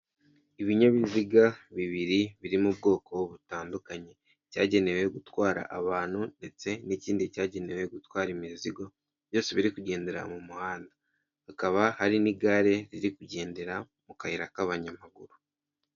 Ibinyabiziga bibiri biriri mu bwoko butandukanye, icyagenewe gutwara abantu ndetse n'ikindi cyagenewe gutwara imizigo byose biri kugendera mu muhanda, hakaba hari n'igare ziri kugendera mu kayira k'abanyamaguru.